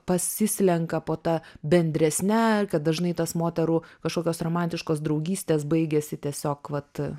pasislenka po ta bendresne ir kad dažnai tos moterų kažkokios romantiškos draugystės baigiasi tiesiog vat